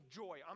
joy